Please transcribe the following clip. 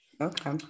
Okay